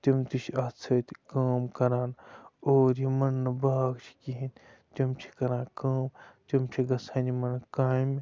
تِم تہِ چھِ اَتھ سۭتۍ کٲم کَران اور یِمَن نہٕ باغ چھِ کِہیٖنۍ تِم چھِ کَران کٲم تِم چھِ گژھان یِمَن کامہِ